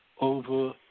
over